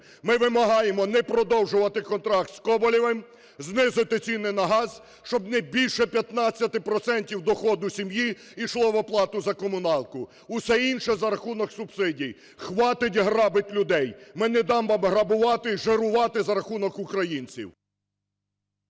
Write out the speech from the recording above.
Ми вимагаємо не продовжувати контракт з Коболєвим, знизити ціни на газ, щоб не більше 15 процентів доходу сім'ї йшло в оплату за комуналку. Усе інше – за рахунок субсидій. Хватить грабить людей! Ми не дамо вам грабувати і жирувати за рахунок українців.